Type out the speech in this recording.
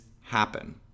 happen